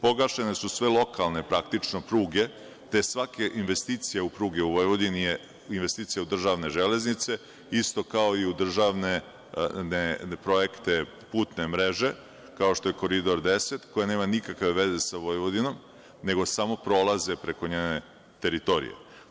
Pogašene su sve lokalne, praktično, pruge, te svake investicije u pruge u Vojvodini je investicija od državne železnice, isto kao i u državne projekte, putne mreže, kao što je „Koridor 10“, koji nema nikakve veze sa Vojvodinom, nego samo prolaze preko njene teritorije.